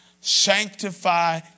sanctify